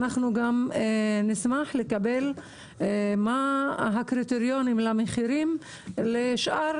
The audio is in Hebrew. אנחנו גם נשמח לקבל מה הקריטריונים למחירים לשאר